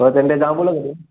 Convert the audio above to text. অঁ তেন্তে যাওঁ ব'লক এদিন